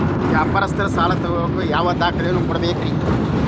ವ್ಯಾಪಾರಸ್ಥರು ಸಾಲ ತಗೋಳಾಕ್ ಯಾವ ದಾಖಲೆಗಳನ್ನ ಕೊಡಬೇಕ್ರಿ?